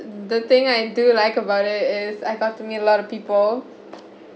the thing I do like about it is I got to meet a lot of people